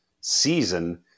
season